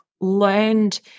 learned